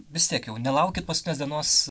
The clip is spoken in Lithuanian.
vis tiek jau nelaukit paskutinės dienos